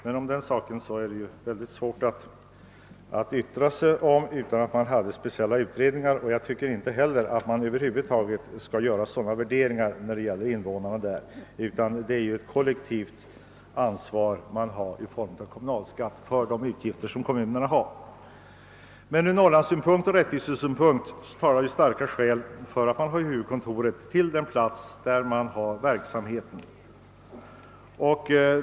Därom är emellertid svårt att yttra sig utan att ha företagit några utredningar. Jag tycker för övrigt inte att man skall göra sådana värderingar när det gäller invånarna i ifrågavarande kommuner. Alla har ju ett kollektivt ansvar för kommunernas utgifter. Från Norrlandsoch rättvisesynpunkter talar emellertid starka skäl för att förlägga LKAB:s huvudkontor till den plats där företaget bedriver sin verksamhet.